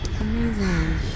Amazing